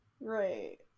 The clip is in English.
right